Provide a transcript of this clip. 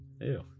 Ew